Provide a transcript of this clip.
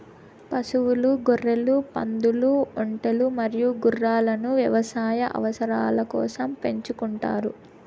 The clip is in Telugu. పశువులు, గొర్రెలు, పందులు, ఒంటెలు మరియు గుర్రాలను వ్యవసాయ అవసరాల కోసం పెంచుకుంటారు